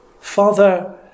Father